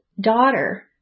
daughter